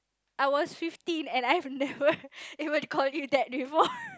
I was fifteen and I have never ever called you that before